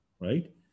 right